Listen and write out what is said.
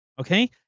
Okay